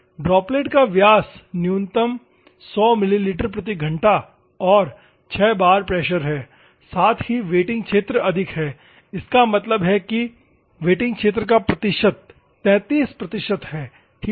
droplet का व्यास न्यूनतम 100 मिलीलीटर प्रति घंटा और 6 बार प्रेशर है साथ ही वेटिंग क्षेत्र अधिक है इसका मतलब है कि वेटिंग क्षेत्र का प्रतिशत 33 प्रतिशत है ठीक है